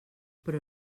però